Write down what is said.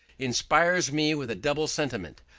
inspires me with a double sentiment.